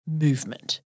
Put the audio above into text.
movement